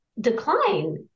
decline